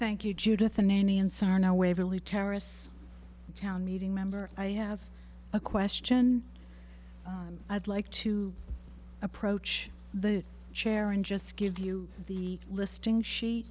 waverly terrorists town meeting member i have a question i'd like to approach the chair and just give you the listing she